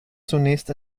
zunächst